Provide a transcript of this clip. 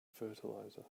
fertilizer